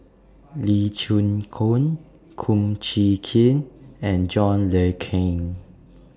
Lee Chin Koon Kum Chee Kin and John Le Cain